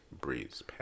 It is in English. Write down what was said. Breathes